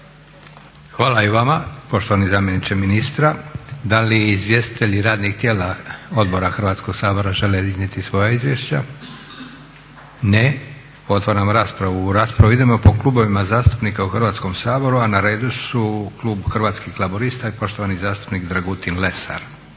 Hvala i vama poštovani zamjeniče ministra. Da li izvjestitelji radnih tijela odbora Hrvatskog sabora žele iznijeti svoja izvješća? Ne. Otvaram raspravu. U raspravu idemo po klubovima zastupnika u Hrvatskom saboru. Na redu su klub Hrvatskih laburista i poštovani zastupnik Dragutin Lesar.